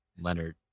Leonard